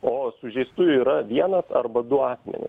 o sužeistųjų yra vienas arba du asmenys